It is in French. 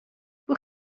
pour